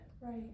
Right